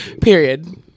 period